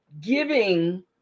giving